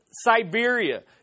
Siberia